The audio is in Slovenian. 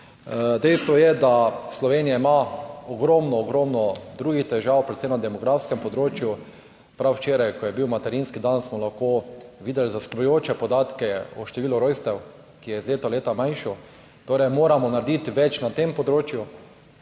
Dejstvo je, da Slovenija ima ogromno, ogromno drugih težav, predvsem na demografskem področju. Prav včeraj, ko je bil materinski dan, smo lahko videli zaskrbljujoče podatke o številu rojstev, ki je iz leta v leto manjšo. Torej moramo narediti več na tem področju,